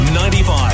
95